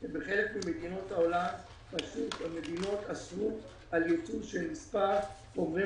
שבחלק ממדינות העולם אסרו על ייצוא של מספר חומרי